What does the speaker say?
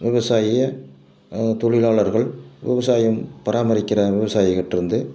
விவசாயி தொழிலாளர்கள் விவசாயம் பராமரிக்கிற விவசாயிக்கிட்டே இருந்து